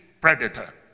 predator